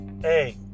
Hey